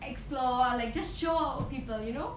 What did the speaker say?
explore like just show people you know